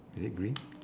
is it green